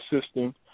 system